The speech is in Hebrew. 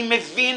אני מבין,